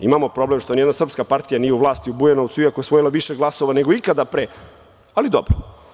Imamo problem što nijedna srpska partija nije u vlasti u Bujanovcu, iako je osvojila više glasova nego ikada pre, ali dobro.